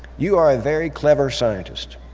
you are a very clever scientist.